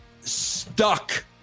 Stuck